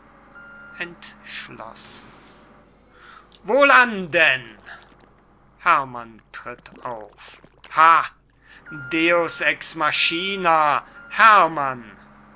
entschlossen wohlan denn herrmann tritt auf ha deus ex machina herrmann